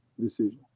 decision